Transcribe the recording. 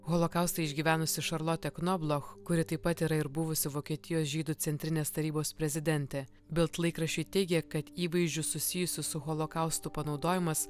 holokaustą išgyvenusi šarlotė knobloch kuri taip pat yra ir buvusi vokietijos žydų centrinės tarybos prezidentė bet laikraščiui teigė kad įvaizdžius susijusius su holokaustu panaudojimas